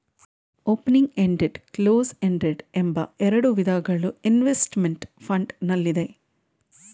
opening ended, closed ended ಎಂಬ ಎರಡು ವಿಧಗಳು ಇನ್ವೆಸ್ತ್ಮೆಂಟ್ ಫಂಡ್ ನಲ್ಲಿದೆ